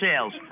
sales